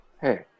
Hey